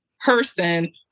person